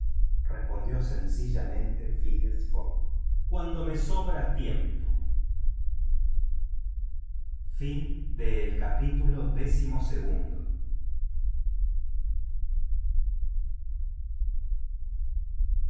respondió sencillamente phileas fogg cuando me sobra tiempo